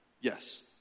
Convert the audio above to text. Yes